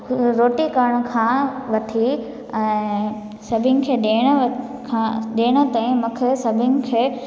रोटी करण खां वठी ऐं सभिनि खे ॾियण खां ॾियण ताईं मूंखे सभिनि खे